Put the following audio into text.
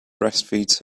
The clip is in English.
breastfeeds